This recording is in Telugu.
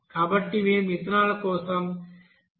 కాబట్టి మేము ఇథనాల్ కోసం 0